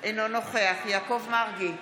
אינו נוכח יעקב מרגי,